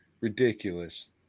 Ridiculous